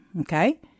Okay